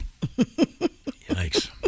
Yikes